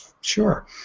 Sure